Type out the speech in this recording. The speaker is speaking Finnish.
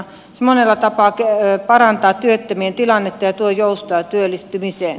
se monella tapaa parantaa työttömien tilannetta ja tuo joustoa työllistymiseen